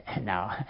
Now